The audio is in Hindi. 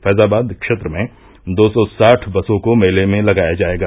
फैजाबाद क्षेत्र में दो सौ साठ बसों को मेले में लगाया जायेगा